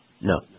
No